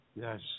Yes